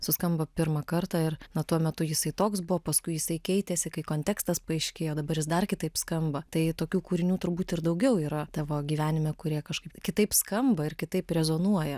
suskambo pirmą kartą ir na tuo metu jisai toks buvo paskui jisai keitėsi kai kontekstas paaiškėjo dabar jis dar kitaip skamba tai tokių kūrinių turbūt ir daugiau yra tavo gyvenime kurie kažkaip kitaip skamba ir kitaip rezonuoja